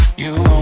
you